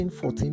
14